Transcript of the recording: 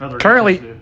Currently